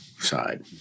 side